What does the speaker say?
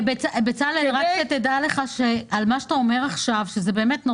תדע לך שמה שאתה אומר עכשיו שזה באמת מאוד